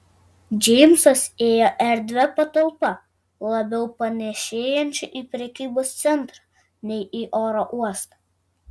džeimsas ėjo erdvia patalpa labiau panėšėjančia į prekybos centrą nei į oro uostą